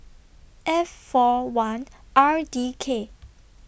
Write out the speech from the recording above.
F four one R D K